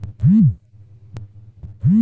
मक्का के उन्नत किस्म बताई?